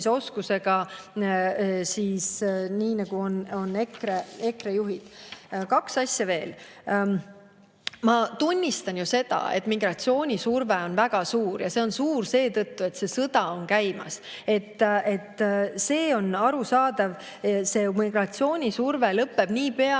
nii nagu on EKRE juhid. Kaks asja veel. Ma tunnistan ju seda, et migratsioonisurve on väga suur. Ja see on suur seetõttu, et see sõda on käimas. On arusaadav, et see migratsioonisurve lõpeb niipea,